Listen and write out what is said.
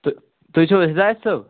تہ تُہۍ چھِو حظ حِدایَت صٲب